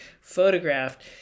photographed